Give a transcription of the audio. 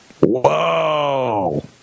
Whoa